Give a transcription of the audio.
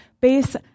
base